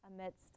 amidst